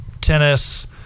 tennis